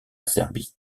serbie